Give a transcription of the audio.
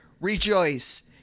rejoice